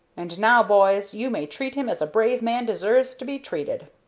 and now, boys, you may treat him as a brave man deserves to be treated.